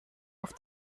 auf